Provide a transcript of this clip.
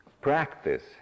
practice